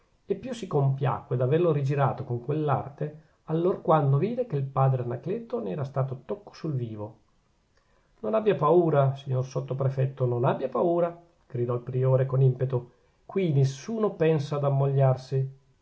e più si compiacque d'averlo rigirato con quell'arte allorquando vide che il padre anacleto ne era stato tocco sul vivo non abbia paura signor sottoprefetto non abbia paura gridò il priore con impeto qui nessuno pensa ad ammogliarsi